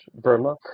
Burma